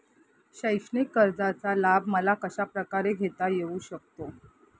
शैक्षणिक कर्जाचा लाभ मला कशाप्रकारे घेता येऊ शकतो?